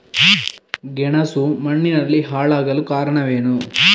ಗೆಣಸು ಮಣ್ಣಿನಲ್ಲಿ ಹಾಳಾಗಲು ಕಾರಣವೇನು?